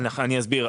אני אסביר.